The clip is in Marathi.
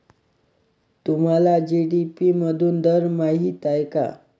तुम्हाला जी.डी.पी मधून दर माहित आहे का?